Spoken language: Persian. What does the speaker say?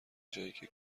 جاییکه